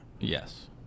Yes